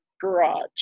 garage